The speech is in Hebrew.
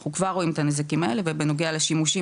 אנחנו כבר רואים את הנזקים האלה ובנוגע לשימושים,